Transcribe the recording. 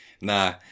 nah